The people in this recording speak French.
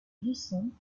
luçon